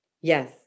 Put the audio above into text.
Yes